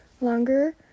longer